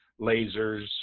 lasers